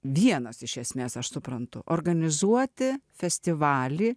vienas iš esmes aš suprantu organizuoti festivalį